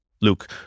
Luke